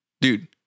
Dude